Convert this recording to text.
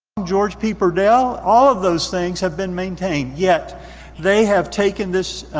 george p. burdell. all of those things have been maintained. yet they have taken this